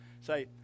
Say